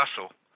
Russell